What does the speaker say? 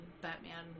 Batman